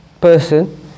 person